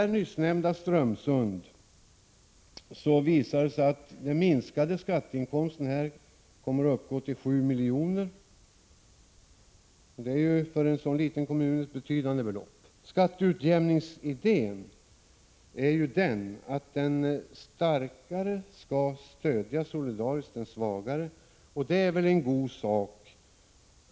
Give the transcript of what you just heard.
För nyss nämnda Strömsunds kommun visar det sig att den minskade skatteinkomsten till följd av förslaget kommer att uppgå till 7 milj.kr. För en så liten kommun är ju detta ett betydande belopp. Idén med skatteutjämningen är ju att den starkare solidariskt skall stödja den svagare, vilket väl är en god sak.